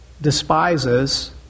despises